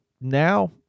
now